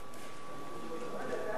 אנחנו מפסידים.